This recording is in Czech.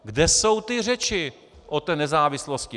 Kde jsou ty řeči o té nezávislosti!